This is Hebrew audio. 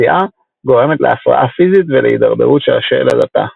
פציעה גורמת להפרעה פיזית ולהידרדרות של השלד התא.